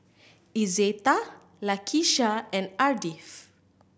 Izetta Lakesha and Ardith